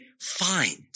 find